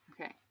Okay